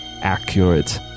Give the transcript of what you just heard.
accurate